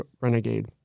Renegade